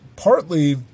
Partly